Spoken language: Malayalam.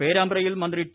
പേരാമ്പ്രയിൽ മന്ത്രി ടി